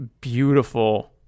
beautiful